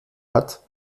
hat